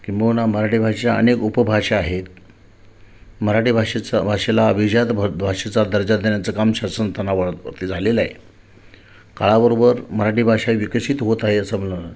किंबहुना मराठी भाषा अनेक उपभाषा आहेत मराठी भाषेचं भाषेला अभिजात भ भाषेचा दर्जा देण्याचं काम शासनताना वरती झालेलं आहे काळाबरोबर मराठी भाषा विकसित होत आहे असं मला